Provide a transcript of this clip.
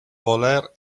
voler